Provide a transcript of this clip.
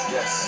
Yes